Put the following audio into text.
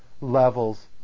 levels